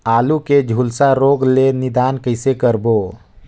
आलू के झुलसा रोग ले निदान कइसे करबो?